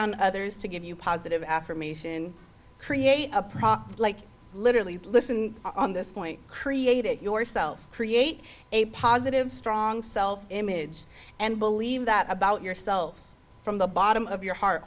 on others to give you positive affirmation create a problem like literally listen on this point create it yourself create a positive strong self image and believe that about yourself from the bottom of your heart